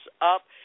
up